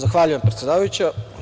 Zahvaljujem, predsedavajuća.